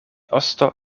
osto